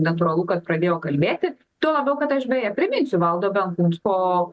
natūralu kad pradėjo kalbėti tuo labiau kad aš beje priminsiu valdo benkunsko